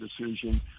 decision